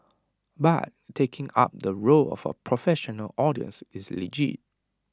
but taking up the role of A professional audience is legit